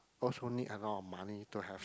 also need a lot of money to have